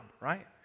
right